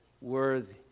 worthy